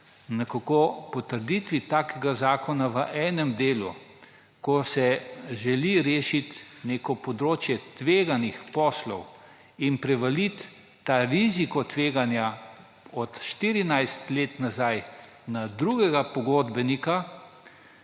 nekako potrditvi takega zakona v enem delu, ko se želi rešiti neko področje tveganih poslov in prevaliti ta riziko tveganja od 14 let nazaj na drugega pogodbenika?